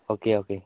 okay okay